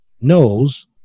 knows